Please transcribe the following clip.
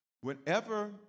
Whenever